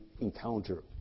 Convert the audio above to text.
encounter